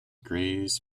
grays